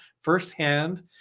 firsthand